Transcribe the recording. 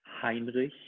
Heinrich